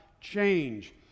change